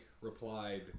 replied